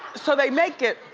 so they make it,